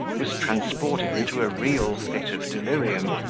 was transported into a real fit of delirium,